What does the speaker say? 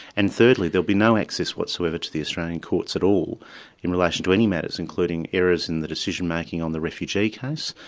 and thirdly there'll be no access whatsoever to the australian courts at all in relation to any matters, including errors in the decision-making on the refugee case,